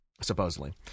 Supposedly